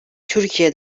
türkiye